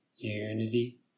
unity